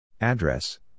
Address